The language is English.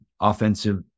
offensive